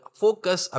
focus